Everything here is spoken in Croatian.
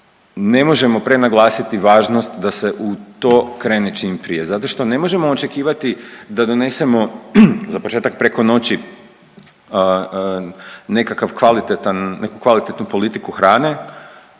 ne možemo prenaglasiti važnost da se u to krene čim prije, zato što ne možemo očekivati da donesemo za početak preko noći nekakav kvalitetan, neku kvalitetnu politiku hrane